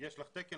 יש לה תקן,